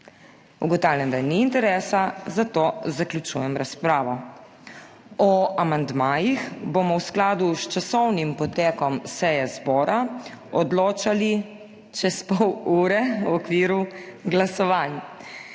Ugotavljam, da ni interesa, zato zaključujem razpravo. O amandmajih bomo v skladu s časovnim potekom seje zbora odločali čez pol ure v okviru glasovanj.